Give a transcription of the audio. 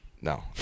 No